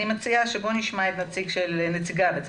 הנחת המוצא של הדין הישראלי ושל הפסיקה ושל